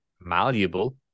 malleable